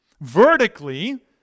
vertically